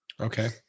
Okay